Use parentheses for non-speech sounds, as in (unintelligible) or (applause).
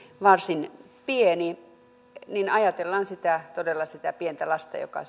varsin pieni jos ajatellaan todella sitä pientä lasta joka (unintelligible)